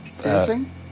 dancing